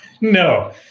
no